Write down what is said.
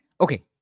Okay